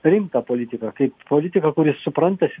rimtą politiką kaip politiką kuri supranta